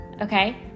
Okay